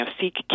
seek